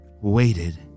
waited